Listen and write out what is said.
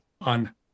on